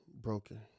broken